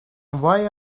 why